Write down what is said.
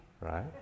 right